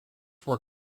were